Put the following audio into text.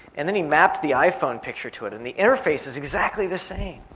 and then he mapped the iphone picture to it and the interface is exactly the same.